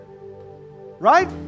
right